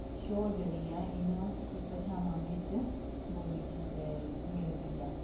show ਜਿਹੜੀ ਆ ਇਹਨਾਂ ਭਾਸ਼ਾਵਾਂ ਵਿੱਚ ਬੋਲੀ ਜਾ ਮਿਲਦੀ ਆ